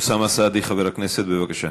אוסאמה סעדי, חבר הכנסת, בבקשה.